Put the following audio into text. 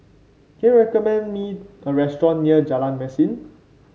can you recommend me a restaurant near Jalan Mesin